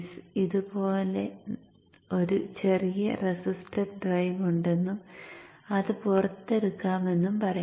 നമുക്ക് ഇതുപോലെ ഒരു ചെറിയ റെസിസ്റ്റർ ഡ്രൈവ് ഉണ്ടെന്നും അത് പുറത്തെടുക്കാമെന്നും പറയാം